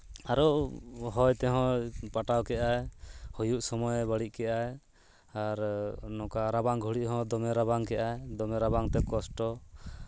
ᱟᱨᱚ ᱦᱚᱸᱭ ᱛᱮᱦᱚᱸᱭ ᱯᱟᱴᱟᱣ ᱠᱮᱜᱼᱟ ᱦᱩᱭᱩᱜ ᱥᱚᱢᱚᱭᱮ ᱵᱟᱹᱲᱤᱡ ᱠᱮᱜᱼᱟ ᱟᱨ ᱱᱚᱝᱠᱟ ᱨᱟᱵᱟᱝ ᱜᱷᱚᱲᱤᱜ ᱦᱚᱸ ᱫᱚᱢᱮ ᱨᱟᱵᱟᱝ ᱠᱮᱜ ᱟᱭ ᱫᱚᱢᱮ ᱨᱟᱵᱟᱝ ᱛᱮ ᱠᱚᱥᱴᱚ